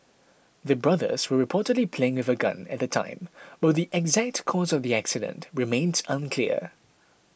the brothers were reportedly playing with a gun at the time but the exact cause of the accident remains unclear